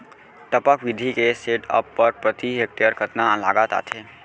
टपक विधि के सेटअप बर प्रति हेक्टेयर कतना लागत आथे?